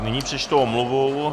Nyní přečtu omluvu.